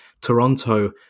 Toronto